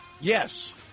Yes